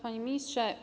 Panie Ministrze!